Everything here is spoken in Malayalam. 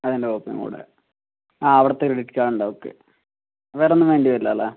അതിൻ്റെ വകുപ്പും കൂടി ആ അവിടുത്തെ ഒരു ഉണ്ട് ഓക്കെ വേറെയൊന്നും വേണ്ടിവരില്ല അല്ലെ